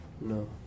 No